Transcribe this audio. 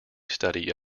study